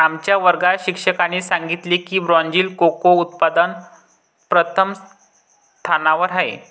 आमच्या वर्गात शिक्षकाने सांगितले की ब्राझील कोको उत्पादनात प्रथम स्थानावर आहे